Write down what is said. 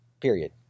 Period